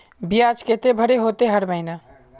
बियाज केते भरे होते हर महीना?